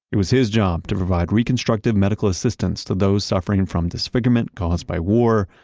it was his job to provide reconstructive medical assistance to those suffering from disfigurement caused by war,